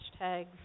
hashtags